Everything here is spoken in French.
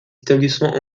établissements